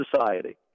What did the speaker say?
society